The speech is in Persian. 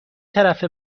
طرف